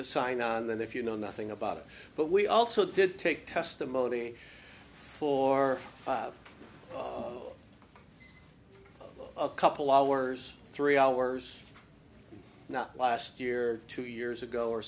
to sign on than if you know nothing about it but we also did take testimony for a couple hours three hours not last year two years ago or